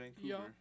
Vancouver